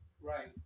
Right